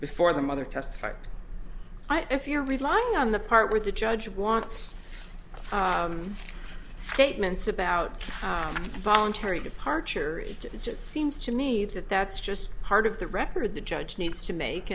before the mother testified i fear relying on the part where the judge wants statements about voluntary departure it just seems to me that that's just part of the record the judge needs to make